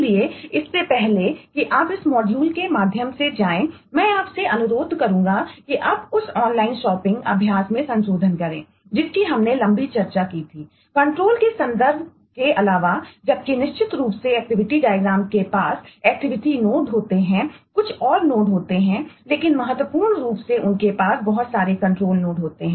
इसलिए इससे पहले कि आप इस मॉड्यूल हो सकता है